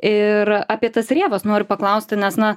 ir apie tas rėvas noriu paklausti nes na